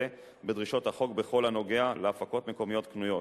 בדרישות החוק בכל הנוגע להפקות מקומיות קנויות.